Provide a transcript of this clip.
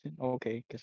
Okay